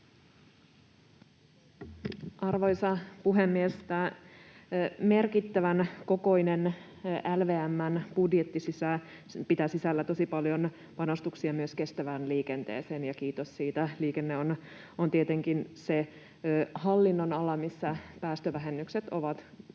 Arvoisa puhemies! Tämä merkittävän kokoinen LVM:n budjetti pitää sisällään tosi paljon panostuksia myös kestävään liikenteeseen, ja kiitos siitä. Liikenne on tietenkin se hallinnonala, missä päästövähennykset ovat vaikeita,